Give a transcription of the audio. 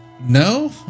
No